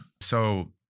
So-